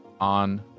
On